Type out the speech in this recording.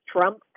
trump